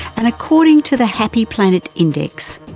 and according to the happy planet index,